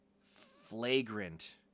flagrant